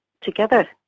together